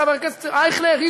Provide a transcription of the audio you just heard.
חבר הכנסת אייכלר,